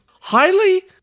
Highly